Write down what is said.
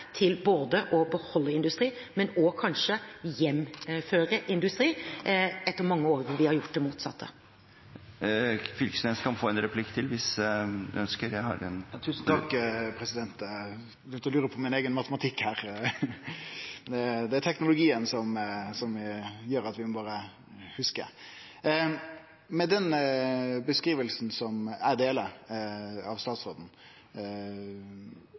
til å beholde industri, men kanskje også til å hjemføre industri, etter mange år hvor vi har gjort det motsatte. Knag Fylkesnes kan få en replikk til, hvis han ønsker. Tusen takk, president – eg begynte å lure på min eigen matematikk her. Det er teknologien her som gjer at vi berre må hugse. Med beskrivinga til statsråden her, som eg deler: Vil statsråden